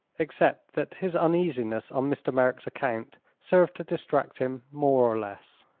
except that his uneasiness on mr. merrick's account served to distract him more or less.